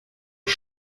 ich